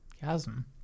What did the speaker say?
Chasm